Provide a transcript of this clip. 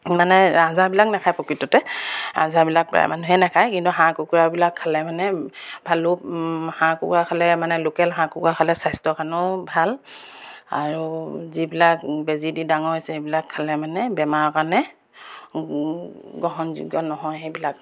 মানে ৰাজহাঁহবিলাক নাখায় প্ৰকৃততে ৰাজহাঁহবিলাক প্ৰায় মানুহে নাখায় কিন্তু হাঁহ কুকুৰাবিলাক খালে মানে ভালো হাঁহ কুকুৰা খালে মানে লোকেল হাঁহ কুকুৰা খালে স্বাস্থ্যৰ কাৰণেও ভাল আৰু যিবিলাক বেজী দি ডাঙৰ হৈছে সেইবিলাক খালে মানে বেমাৰৰ কাৰণে গ্ৰহণযোগ্য নহয় সেইবিলাক